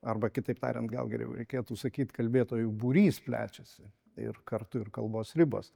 arba kitaip tariant gal geriau reikėtų sakyt kalbėtojų būrys plečiasi tai ir kartu ir kalbos ribos